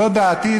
זו דעתי.